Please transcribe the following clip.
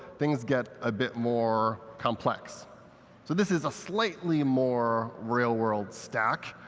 things get a bit more complex. so this is a slightly more real-world stack.